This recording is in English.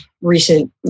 recent